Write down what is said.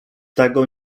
tego